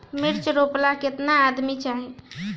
मिर्च रोपेला केतना आदमी चाही?